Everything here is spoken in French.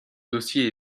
dossier